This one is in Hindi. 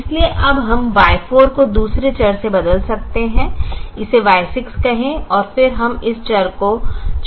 इसलिए अब हम Y4 को दूसरे चर से बदल सकते हैं इसे Y6 कहें और फिर हम इस चर को ≤ 0 कर सकते हैं